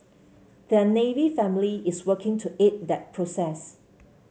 their Navy family is working to aid that process